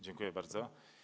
Dziękuję bardzo.